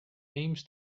aims